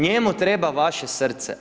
Njemu treba vaše srce.